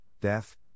death